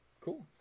Cool